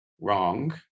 wrong